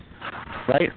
right